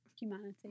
humanity